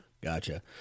Gotcha